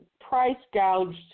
price-gouged